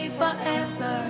forever